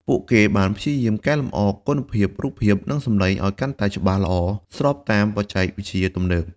ពួកគេបានព្យាយាមកែលម្អ គុណភាពរូបភាព និងសំឡេង ឲ្យកាន់តែច្បាស់ល្អ ស្របតាមបច្ចេកវិទ្យាទំនើប។